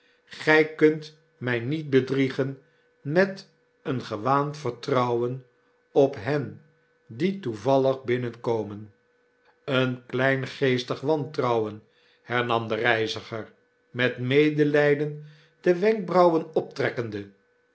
gy kunt mij niet bedriegen met een gewaand vertrouwen op hen die toevallig binnenkomen een kleingeestig wantrouwen hernam de reiziger met medelijden de wenkbrauwen optrekkende